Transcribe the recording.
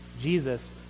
Jesus